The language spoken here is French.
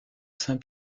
saint